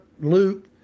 Luke